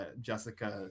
Jessica